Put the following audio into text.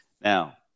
Now